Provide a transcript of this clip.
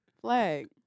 Flag